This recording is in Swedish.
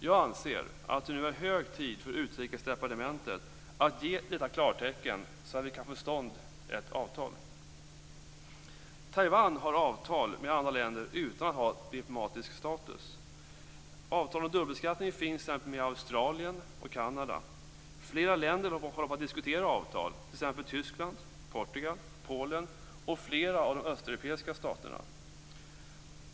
Jag anser att det nu är hög tid för Utrikesdepartementet att ge detta klartecken så att vi kan få till stånd ett avtal. Taiwan har avtal med andra länder utan att ha diplomatisk status. Avtal om dubbelbeskattning finns t.ex. med Australien och Kanada. Flera länder håller på att diskutera avtal, t.ex. Tyskland, Portugal, Polen och flera av de östeuropeiska staterna.